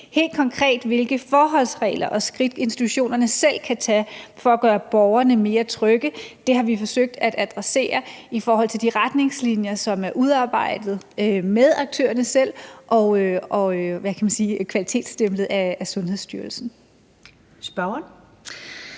Helt konkret hvilke forholdsregler og skridt institutionerne selv kan tage for at gøre borgerne mere trygge, har vi forsøgt at adressere i forhold til de retningslinjer, som er udarbejdet med aktørerne selv og – hvad kan man sige – kvalitetsstemplet af Sundhedsstyrelsen. Kl.